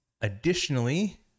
Additionally